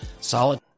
Solid